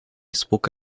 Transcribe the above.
испуг